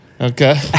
Okay